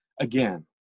again